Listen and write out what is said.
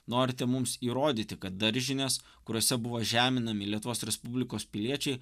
norite mums įrodyti kad daržinės kuriose buvo žeminami lietuvos respublikos piliečiai